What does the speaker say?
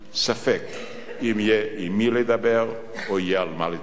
ספק אם יהיה עם מי לדבר או יהיה על מה לדבר.